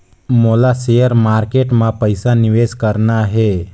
मोला share market मां पइसा निवेश करना हे?